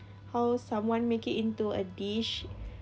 how someone make it into a dish